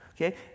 okay